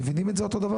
מבינים את זה אותו דבר?